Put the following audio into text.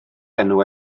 enw